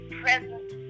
present